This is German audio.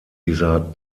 dieser